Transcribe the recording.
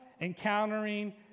encountering